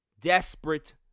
Desperate